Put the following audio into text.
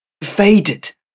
faded